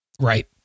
Right